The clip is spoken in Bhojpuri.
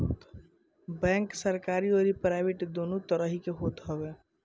बैंक सरकरी अउरी प्राइवेट दू तरही के होत हवे